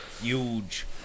Huge